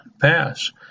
pass